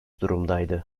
durumdaydı